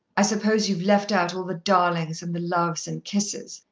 i suppose you've left out all the darlings and the loves and kisses,